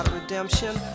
Redemption